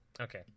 Okay